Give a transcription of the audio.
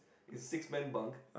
it's a six man bunk